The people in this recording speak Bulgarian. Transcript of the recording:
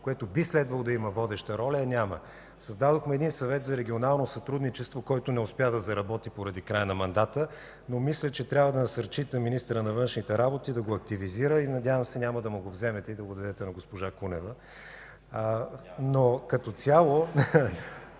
което би следвало да има водеща роля, я няма. Създадохме Съвет за регионално сътрудничество, който не успя да заработи поради края на мандата. Мисля, че трябва да насърчите министъра на външните работи да го активизира. Надявам се, че няма да го вземете и го дадете на госпожа Кунева.